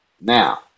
Now